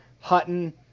Hutton